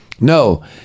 No